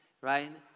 right